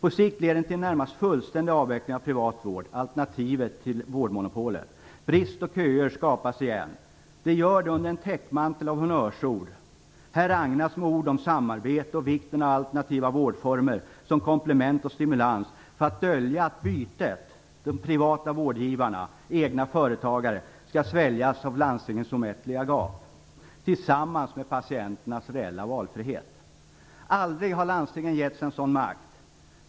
På sikt leder den till en närmast fullständig avveckling av den privata vården, alternativet till vårdmonopolet. Brist och köer skapas på nytt. Den gör det under en täckmantel av honnörsord. Här agnas med ord om samarbete och om vikten av alternativa vårdformer som komplement och stimulans för att dölja att bytet, de privata vårdgivarna och egna företagare skall sväljas av landstingens omättliga gap tillsammans med patienternas reella valfrihet. Aldrig har landstingen getts en sådan makt.